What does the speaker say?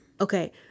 Okay